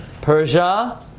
Persia